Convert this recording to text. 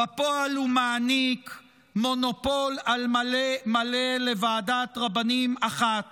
בפועל הוא מעניק מונופול על מלא מלא לוועדת רבנים אחת